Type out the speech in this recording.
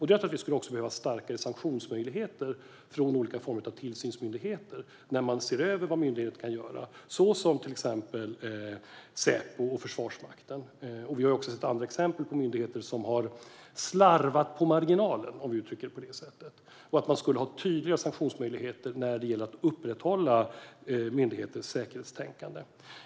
Det är att vi skulle behöva ha starkare sanktionsmöjligheter från olika former av tillsynsmyndigheter när de ser över vad myndigheter kan göra, såsom till exempel Säpo och Försvarsmakten. Vi har också sett andra exempel på myndigheter som har slarvat på marginalen, om vi uttrycker det på det sättet. Det borde finnas tydliga sanktionsmöjligheter när det gäller upprätthållandet av myndigheters säkerhetstänkande.